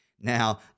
now